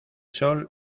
sol